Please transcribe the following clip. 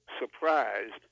surprised